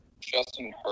Justin